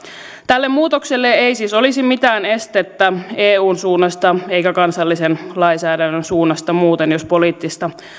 tälle muutokselle ei siis olisi mitään estettä eun suunnasta eikä kansallisen lainsäädännön suunnasta muuten jos poliittista